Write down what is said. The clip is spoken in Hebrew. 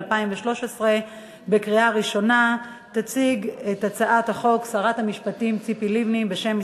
עברה בקריאה ראשונה והיא תידון בוועדת החוץ והביטחון.